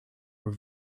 were